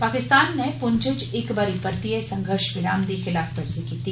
पाकिस्तान नै पुंछ इच इक भारी परतियै संघर्श विराम दी खिलाफवर्जी कीती